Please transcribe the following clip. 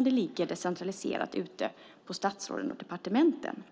Det ligger decentraliserat ute på statsråden och departementen.